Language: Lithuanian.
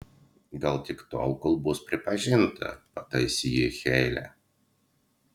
gal tik tol kol bus pripažinta pataisė jį heile